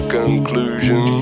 conclusion